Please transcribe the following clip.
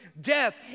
death